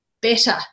better